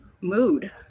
mood